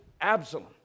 Absalom